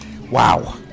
Wow